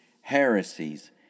heresies